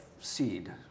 seed